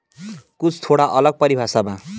कुछ थोड़ा अलग परिभाषा बा